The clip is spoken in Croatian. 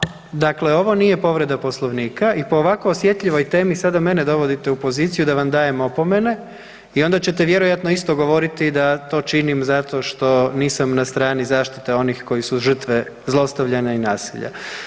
Kolegice Benčić, dakle ovo nije povreda Poslovnika i po ovako osjetljivoj temi, sada mene dovodite u poziciju da vam dajem opomene i onda ćete vjerojatno isto govoriti da to činim zato što nisam na strani zaštite onih koji su žrtve zlostavljanja i nasilja.